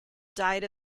died